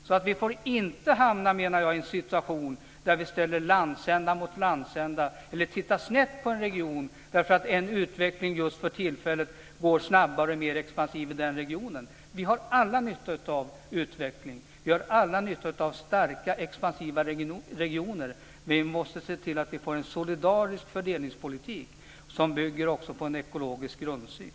Jag menar att vi inte får hamna i en situation där vi ställer landsända mot landsända eller tittar snett på en region därför att utvecklingen just för tillfället är snabbare i den regionen och den är mer expansiv. Vi har alla nytta av utveckling. Vi har alla nytta av starka expansiva regioner. Vi måste se till att vi får en solidarisk fördelningspolitik som också bygger på en ekologisk grundsyn.